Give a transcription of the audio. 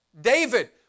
David